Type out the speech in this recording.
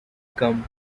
come